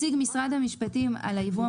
-- נציג משרד המשפטים על הייבוא,